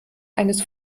eines